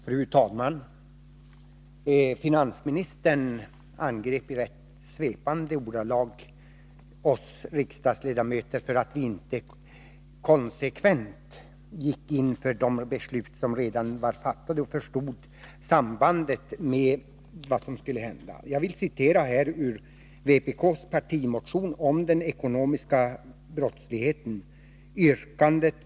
Fru talman! Finansministern angrep i rätt svepande ordalag oss riksdagsledamöter för att vi inte konsekvent går in för att följa de beslut som redan är fattade och för att förstå sambandet. Jag vill citera ur vpk:s partimotion om den ekonomiska brottsligheten, yrkande 2.